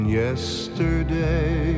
yesterday